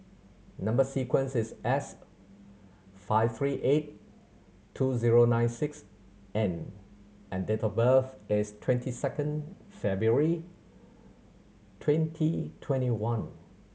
number sequence is S five three eight two zero nine six N and date of birth is twenty second February twenty twenty one